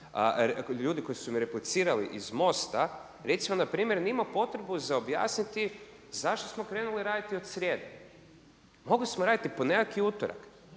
ljudi koji su mi replicirali iz MOST-a, recimo npr. … potrebu za objasniti zašto smo krenuli raditi od srijede. Mogli smo raditi i ponedjeljak i utorak.